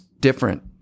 different